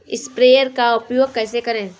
Sprayer का उपयोग कैसे करें?